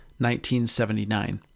1979